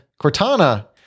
Cortana